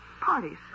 parties